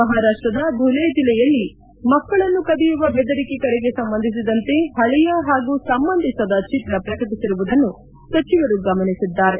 ಮಹಾರಾಪ್ಪದ ಧುಲೇ ಜಿಲ್ಲೆಯಲ್ಲಿ ಮಕ್ಕಳನ್ನು ಕದಿಯುವ ಬೆದರಿಕೆ ಕರೆಗೆ ಸಂಬಂಧಿಸಿದಂತೆ ಹಳೆಯ ಹಾಗೂ ಸಂಬಂಧಿಸದ ಚಿತ್ರ ಪ್ರಕಟಿಸಿರುವುದನ್ನು ಸಚಿವರು ಗಮನಿಸಿದ್ದಾರೆ